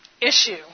issue